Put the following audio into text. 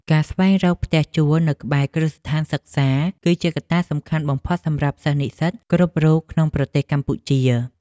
ការស្វែងរកផ្ទះជួលនៅក្បែរគ្រឹះស្ថានសិក្សា គឺជាកត្តាសំខាន់បំផុតសម្រាប់សិស្សនិស្សិតគ្រប់រូបក្នុងប្រទេសកម្ពុជា។